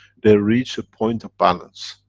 they reach a point of balance.